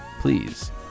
Please